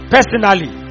Personally